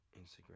instagram